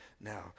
now